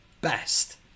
best